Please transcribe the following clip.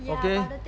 okay